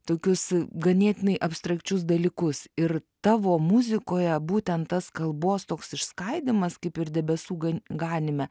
tokius ganėtinai abstrakčius dalykus ir tavo muzikoje būtent tas kalbos toks išskaidymas kaip ir debesų gan ganyme